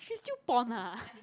she still pon ah